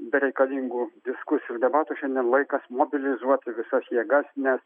bereikalingų diskusijų ir debatų šiandien laikas mobilizuoti visas jėgas nes